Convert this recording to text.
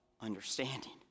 understanding